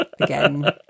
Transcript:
again